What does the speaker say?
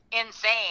insane